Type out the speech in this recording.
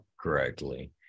correctly